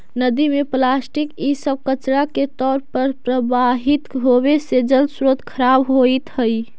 नदि में प्लास्टिक इ सब कचड़ा के तौर पर प्रवाहित होवे से जलस्रोत खराब होइत हई